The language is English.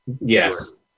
Yes